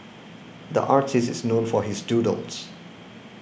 the artist is known for his doodles